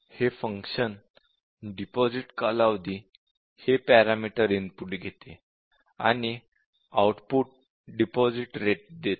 हे function "deposit कालावधी" हे पॅरामीटर इनपुट घेते आणि आउटपुट डिपॉझिट रेट देते